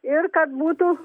ir kad būtų